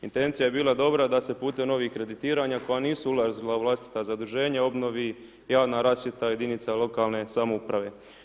Intencija je bila dobra da se putem novih kreditiranja koja nisu ulazila u vlastita zaduženja obnovi javna rasvjeta jedinica lokalne samouprave.